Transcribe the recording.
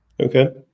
okay